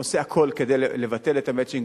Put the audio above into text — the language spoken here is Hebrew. עושה הכול כדי לבטל את ה"מצ'ינג",